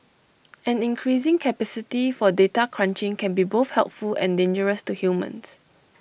an increasing capacity for data crunching can be both helpful and dangerous to humans